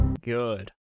good